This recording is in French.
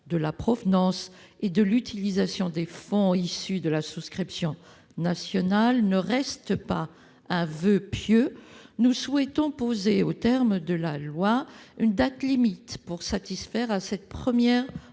de la provenance et de l'utilisation des fonds issus de la souscription nationale ne reste pas un voeu pieux, nous souhaitons ajouter aux termes de la loi une date limite pour satisfaire à cette première obligation